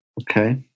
Okay